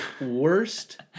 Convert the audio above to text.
Worst